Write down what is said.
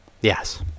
Yes